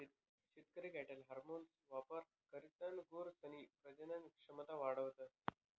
शेतकरी कॅटल हार्मोन्सना वापर करीसन गुरसनी प्रजनन क्षमता वाढावतस